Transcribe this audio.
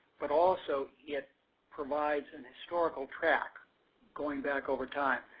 but also, it provides and historical track going back over time.